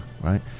right